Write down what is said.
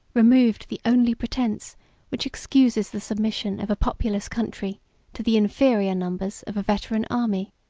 removed the only pretence which excuses the submission of a populous country to the inferior numbers of a veteran army.